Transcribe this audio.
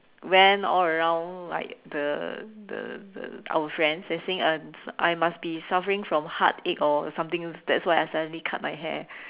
went all around like the the the our friends and saying uh I must be suffering from heartache or something that's why I suddenly cut my hair